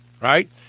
right